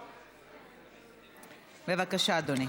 בבקשה, אדוני.